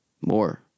More